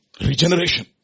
regeneration